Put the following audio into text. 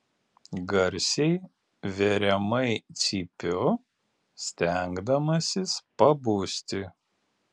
garsiai veriamai cypiu stengdamasis pabusti